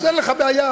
אין לך בעיה.